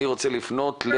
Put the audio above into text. אני רוצה להגיב.